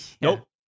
Nope